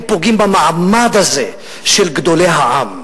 הם פוגעים במעמד הזה של גדולי העם.